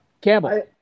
Campbell